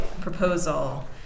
proposal